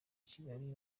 kigali